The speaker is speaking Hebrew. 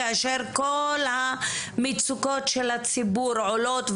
כאשר כל המצוקות של הציבור עולות,